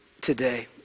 today